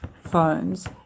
phones